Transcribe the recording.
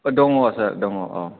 दङ सार दङ औ